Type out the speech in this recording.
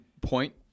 point